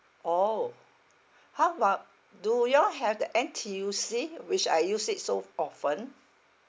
orh how about do you all have the N_T_U_C which I use it so often